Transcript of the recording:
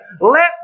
let